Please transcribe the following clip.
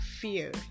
fear